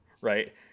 right